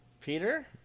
Peter